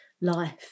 life